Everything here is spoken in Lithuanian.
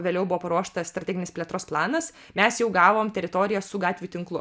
vėliau buvo paruoštas strateginis plėtros planas mes jau gavom teritoriją su gatvių tinklu